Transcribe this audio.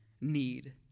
need